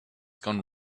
gone